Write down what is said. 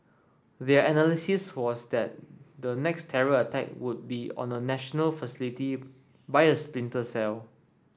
their analysis was that the next terror attack would be on a national facility by a splinter cell